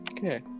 Okay